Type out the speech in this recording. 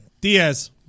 Diaz